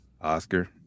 Oscar